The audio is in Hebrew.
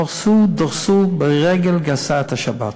הרסו, דרסו ברגל גסה את השבת.